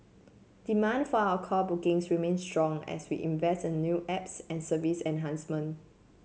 demand for our call bookings remains strong as we invest in new apps and service enhancement